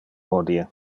hodie